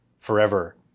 forever